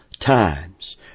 times